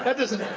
ah doesn't,